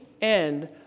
end